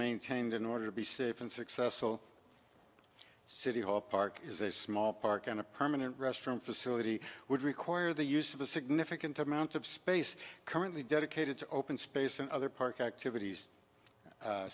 maintained in order to be safe and successful city hall park is a small park and a permanent restroom facility would require the use of a significant amount of space currently dedicated to open space and other park activities